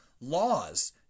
laws